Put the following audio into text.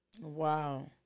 Wow